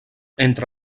entre